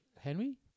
Henry